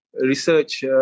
research